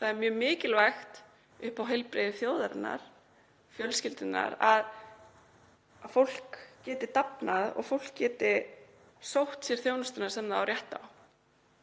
Það er mjög mikilvægt upp á heilbrigði þjóðarinnar, fjölskyldunnar, að fólk geti dafnað og geti sótt sér þá þjónustu sem það á rétt á.